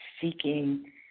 seeking